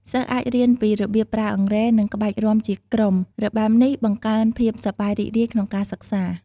សិស្សអាចរៀនពីរបៀបប្រើអង្រែ និងក្បាច់រាំជាក្រុម របាំនេះបង្កើនភាពសប្បាយរីករាយក្នុងការសិក្សា។